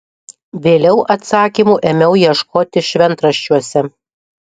vėliau atsakymų ėmiau ieškoti šventraščiuose